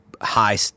high